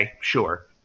sure